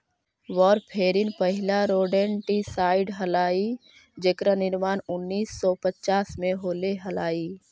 warfarin पहिला rodenticide हलाई जेकर निर्माण उन्नीस सौ पच्चास में होले हलाई